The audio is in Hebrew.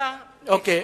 דקה לסיום.